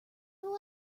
will